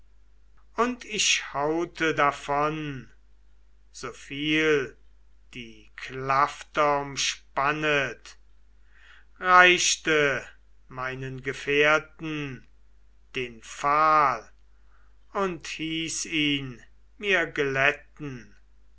und ich haute davon soviel die klafter umspannet reichte meinen gefährten den pfahl und hieß ihn mir glätten